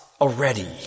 already